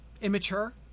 immature